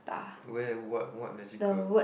where what what magical